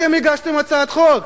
אתם הגשתם הצעת חוק,